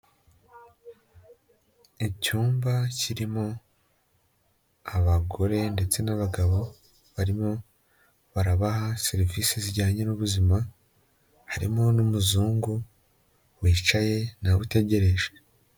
Icyumba kirimo abagore ndetse n'abagabo barimo barabaha serivisi zijyanye n'ubuzima, harimo n'umuzungu wicaye nawe utegereje.